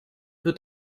wird